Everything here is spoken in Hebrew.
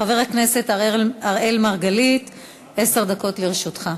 חבר הכנסת אראל מרגלית, עשר דקות לרשותך.